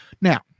Now